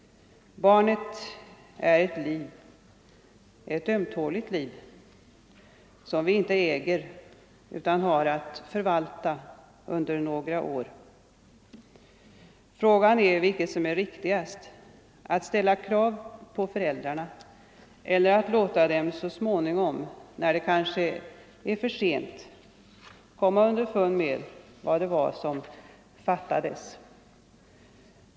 Barnet är ett liv, ett ömtåligt liv som vi inte äger utan har att förvalta under några år. Frågan är vilket som är riktigast, att ställa krav på föräldrarna eller att låta dem så småningom, när det kanske är för sent, komma underfund med vad det var som fattades.